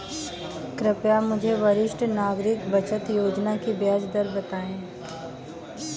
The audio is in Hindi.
कृपया मुझे वरिष्ठ नागरिक बचत योजना की ब्याज दर बताएं?